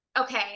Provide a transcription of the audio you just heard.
okay